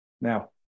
Now